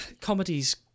comedies